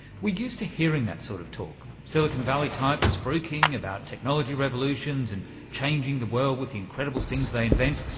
we're used to hearing that sort of talk silicon valley types spruiking about technology revolutions and changing the world with the incredible things they invent.